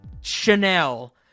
Chanel